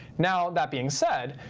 now, that being said,